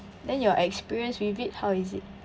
then your experience with it how is it